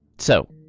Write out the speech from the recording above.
so,